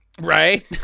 Right